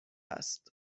است